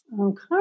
Okay